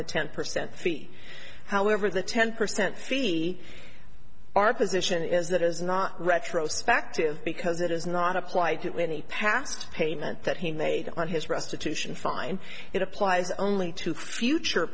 the ten percent fee however the ten percent fee our position is that is not retrospectively because it is not applied to any past payment that he made on his restitution fine it applies only to future